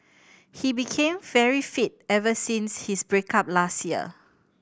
he became very fit ever since his break up last year